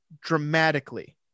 dramatically